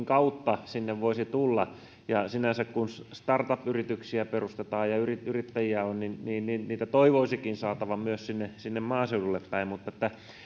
kautta sinne voisi tulla ja sinänsä kun startup yrityksiä perustetaan ja yrittäjiä on niitä toivoisikin saatavan myös sinne sinne maaseudulle päin mutta